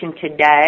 today